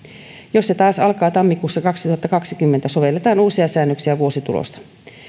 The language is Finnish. jos se taas alkaa tammikuussa kaksituhattakaksikymmentä sovelletaan uusia säännöksiä vuositulosta